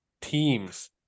teams